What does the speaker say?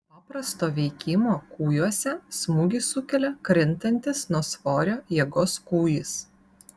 paprasto veikimo kūjuose smūgį sukelia krintantis nuo svorio jėgos kūjis